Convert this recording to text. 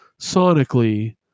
sonically